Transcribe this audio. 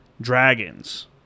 dragons